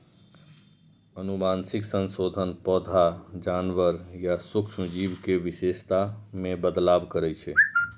आनुवंशिक संशोधन पौधा, जानवर या सूक्ष्म जीव के विशेषता मे बदलाव करै छै